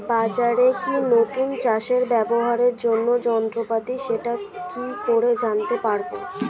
বাজারে কি নতুন চাষে ব্যবহারের জন্য যন্ত্রপাতি সেটা কি করে জানতে পারব?